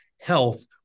health